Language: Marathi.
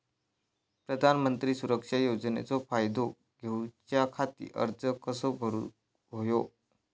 प्रधानमंत्री सुरक्षा योजनेचो फायदो घेऊच्या खाती अर्ज कसो भरुक होयो?